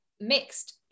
mixed